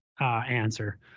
answer